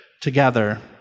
together